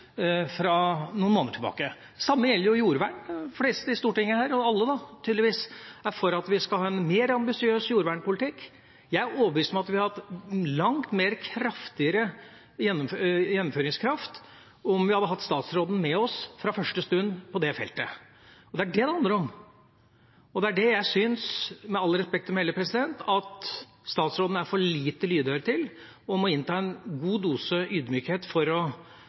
fra noen måneder tilbake. Det samme gjelder jordvern. De fleste i Stortinget her – alle da, tydeligvis – er for at vi skal ha en mer ambisiøs jordvernpolitikk. Jeg er overbevist om at vi hadde hatt en langt sterkere gjennomføringskraft om vi hadde hatt statsråden med oss fra første stund på det feltet. Det er det det handler om, og det er det jeg synes, med respekt å melde, at statsråden er for lite lydhør til. Hun må innta en god dose ydmykhet for å